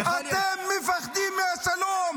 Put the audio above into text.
אתם מפחדים מהשלום.